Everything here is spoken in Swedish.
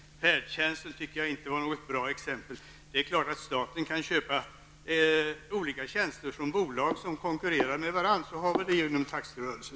Färdtjänsten tycker jag inte är något bra exempel. Det är klart att staten kan köpa olika tjänster från bolag som konkurrerar med varandra. Så förhåller det sig ju inom taxirörelsen.